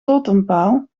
totempaal